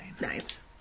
Nice